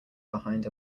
behind